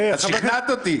אז שכנעת אותי.